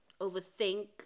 overthink